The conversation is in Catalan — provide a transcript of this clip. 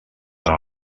per